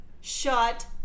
Shut